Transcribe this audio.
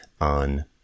on